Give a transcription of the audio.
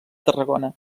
tarragona